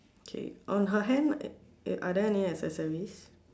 okay on her hand are there any accessories